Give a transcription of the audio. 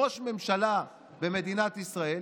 ראש ממשלה במדינת ישראל,